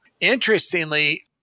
Interestingly